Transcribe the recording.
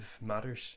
matters